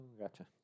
gotcha